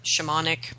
shamanic